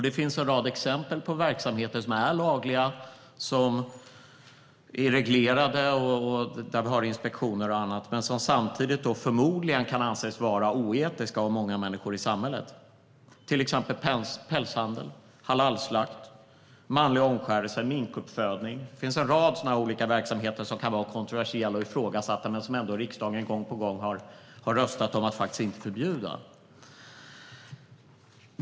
Det finns en rad exempel på verksamheter som är lagliga och reglerade, där vi har inspektioner och annat, men som många människor i samhället förmodligen kan anse som oetiska, till exempel pälshandel, halalslakt, manlig omskärelse eller minkuppfödning. Det finns en rad olika verksamheter som kan vara kontroversiella och ifrågasatta men som riksdagen gång på gång har röstat för att inte förbjuda.